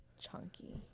chunky